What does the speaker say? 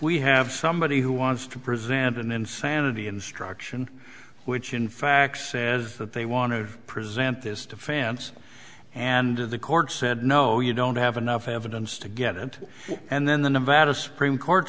we have somebody who wants to present an insanity instruction which in fact says that they want to present this defense and to the court said no you don't have enough evidence to get it and then the nevada supreme court